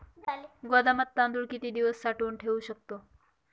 गोदामात तांदूळ किती दिवस साठवून ठेवू शकतो?